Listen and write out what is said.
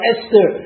Esther